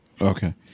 Okay